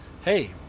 Hey